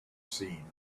scene